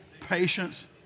patience